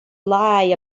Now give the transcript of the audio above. lie